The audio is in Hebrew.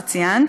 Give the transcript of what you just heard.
שציינת,